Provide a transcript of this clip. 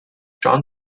john